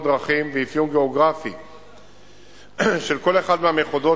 דרכים ואפיון גיאוגרפי של כל אחד מהמחוזות,